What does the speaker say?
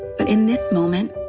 but in this moment.